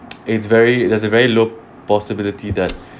it's very there's a very low possibility that